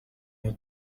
iyo